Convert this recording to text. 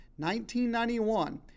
1991